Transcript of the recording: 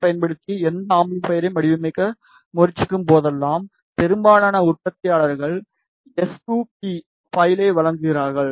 யைப் பயன்படுத்தி எந்த அம்பிளிபையரையும் வடிவமைக்க முயற்சிக்கும்போதெல்லாம் பெரும்பாலான உற்பத்தியாளர்கள் எஸ்2பி பைலை வழங்குகிறார்கள்